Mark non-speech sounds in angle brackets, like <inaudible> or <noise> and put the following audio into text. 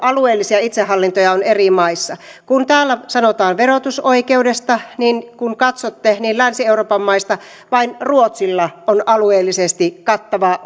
<unintelligible> alueellisia itsehallintoja on eri maissa kun täällä sanotaan verotusoikeudesta niin kun katsotte niin länsi euroopan maista vain ruotsilla on alueellisesti kattava <unintelligible>